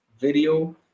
video